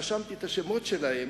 רשמתי את השמות שלהם,